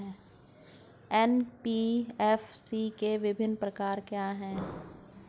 NBFC के विभिन्न प्रकार क्या हैं?